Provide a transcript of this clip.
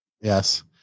Yes